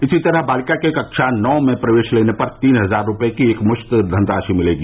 इसी तरह बालिका के कक्षा नौ में प्रवेश लेने पर तीन हजार रूपये की एक मुश्त धनराशि मिलेगी